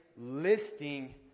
listing